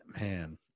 man